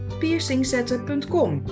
piercingzetten.com